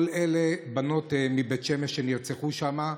כל אלו בנות מבית שמש שנרצחו שם.